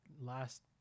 last